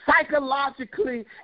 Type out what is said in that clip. psychologically